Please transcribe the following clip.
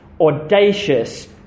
audacious